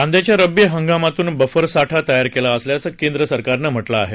कांद्याच्या रब्बी हंगामातून बफर साठा तयार केला असल्याचं केंद्र सरकारनं म्हटल आहे